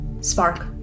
Spark